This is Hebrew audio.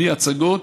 בלי הצגות,